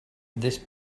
this